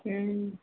हुँ